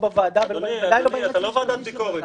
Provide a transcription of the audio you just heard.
מיום ב' בתמוז התשע"ז (26 ביוני 2017) ועד לפרסומו של חוק זה,